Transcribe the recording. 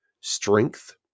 Strength